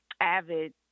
avid